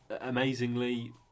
amazingly